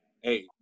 hey